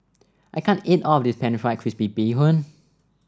I can't eat all of this pan fried crispy Bee Hoon